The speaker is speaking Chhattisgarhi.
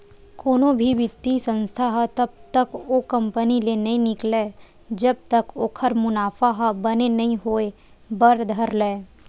कोनो भी बित्तीय संस्था ह तब तक ओ कंपनी ले नइ निकलय जब तक ओखर मुनाफा ह बने नइ होय बर धर लय